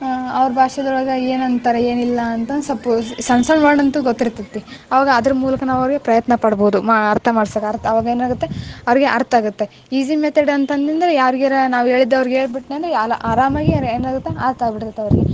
ಅವ್ರ ಭಾಷೆಯೊಳಗೆ ಏನಂತಾರೆ ಏನಿಲ್ಲ ಅಂತೂ ಸಪೋಸ್ ಸಣ್ಣ ಸಣ್ಣ ವರ್ಡ್ ಅಂತು ಗೊತ್ತಿರ್ತೈತಿ ಅವಾಗ ಅದ್ರ ಮೂಲಕ ನಾವು ಅವ್ರಿಗೆ ಪ್ರಯತ್ನ ಪಡ್ಬೋದು ಮಾ ಅರ್ಥ ಮಾಡ್ಸೋಕೆ ಅರ್ಥ ಅವಾಗ ಏನಾಗುತ್ತೆ ಅವರಿಗೆ ಅರ್ಥ ಆಗುತ್ತೆ ಈಸಿ ಮೆತಡ್ ಅಂತ ಅನ್ನಿ ಅಂದ್ರೆ ಯಾರ್ಗಾರ ನಾವು ಹೇಳಿದ್ದು ಅವ್ರ್ಗೆ ಹೇಳಿಬಿಟ್ನೆಂದ್ರೆ ಎಲ್ಲ ಆರಾಮಾಗಿ ಏನಾಗುತ್ತೆ ಅರ್ಥ ಆಗ್ಬಿಟ್ಟಿರ್ತವೆ ಅವ್ರಿಗೆ